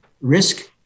risk